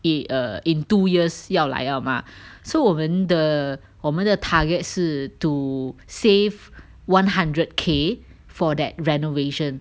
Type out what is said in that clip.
in in two years 要来 liao mah so 我们的我们的 target 是 to save one hundred K for that renovation